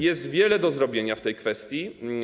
Jest wiele do zrobienia w tej kwestii.